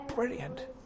Brilliant